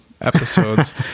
episodes